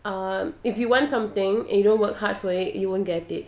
um if you want something and you don't work hard for it you won't get it